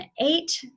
eight